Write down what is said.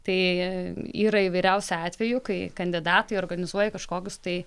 tai yra įvairiausių atvejų kai kandidatai organizuoja kažkokius tai